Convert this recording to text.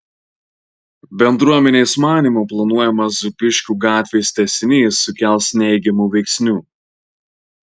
bendruomenės manymu planuojamas zūbiškių gatvės tęsinys sukels neigiamų veiksnių